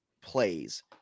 plays